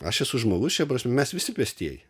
aš esu žmogus šia prasme mes visi pėstieji